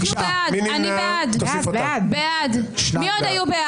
הצבעה לא אושרו.